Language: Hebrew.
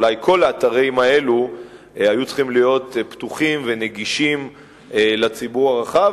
אולי כל האתרים האלה יהיו פתוחים ונגישים לציבור הרחב,